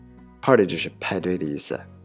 party就是派对的意思